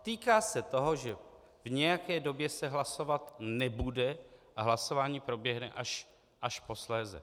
Týká se toho, že v nějaké době se hlasovat nebude a hlasování proběhne až posléze.